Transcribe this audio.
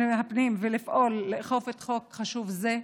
הפנים ולפעול לאכוף את החוק החשוב זה?